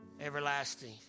everlasting